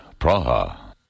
Praha